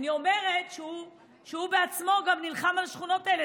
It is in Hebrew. אני אומרת שהוא בעצמו גם נלחם על השכונות האלה,